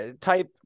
type